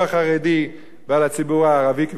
כפי שהם אומרים תמיד "חרדים וערבים" ביחד.